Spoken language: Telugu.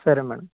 సరే మేడం